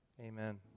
amen